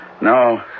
No